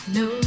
no